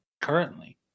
currently